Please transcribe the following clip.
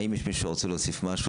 האם מישהו רוצה להוסיף משהו?